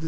the